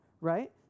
right